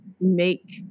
make